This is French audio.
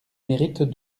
mérites